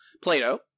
Plato